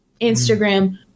Instagram